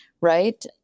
right